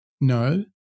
No